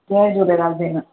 जय झूलेलाल भेण